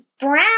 brown